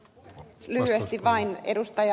lyhyesti vain ed